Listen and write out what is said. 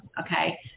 Okay